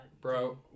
bro